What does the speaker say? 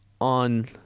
on